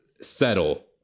settle